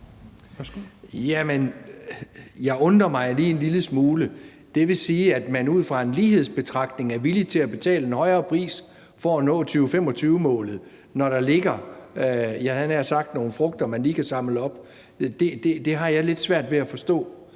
jeg undrer mig en lille smule. Det vil sige, at man ud fra en lighedsbetragtning er villig til at betale en højere pris for at nå 2025-målet, når der ligger, havde jeg nær sagt, nogle frugter, man lige kan samle op. Det har jeg lidt svært ved at forstå.